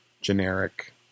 generic